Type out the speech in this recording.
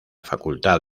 facultad